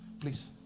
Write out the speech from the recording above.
please